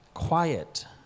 quiet